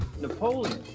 Napoleon